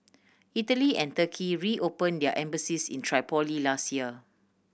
Italy and Turkey reopen their embassies in Tripoli last year